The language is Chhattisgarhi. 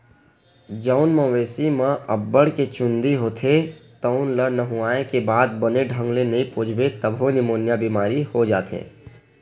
जउन मवेशी म अब्बड़ के चूंदी होथे तउन ल नहुवाए के बाद बने ढंग ले नइ पोछबे तभो निमोनिया बेमारी हो जाथे